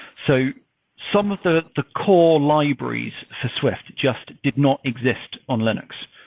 so some of the the core libraries for swift just did not exist on linux.